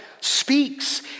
speaks